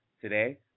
Today